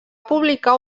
publicar